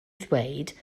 ddweud